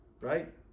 right